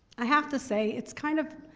i have to say it's kind of,